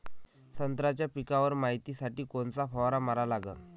संत्र्याच्या पिकावर मायतीसाठी कोनचा फवारा मारा लागन?